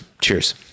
Cheers